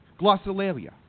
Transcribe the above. Glossolalia